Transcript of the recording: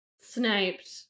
sniped